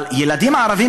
אבל ילדים ערבים,